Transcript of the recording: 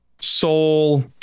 soul